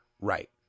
right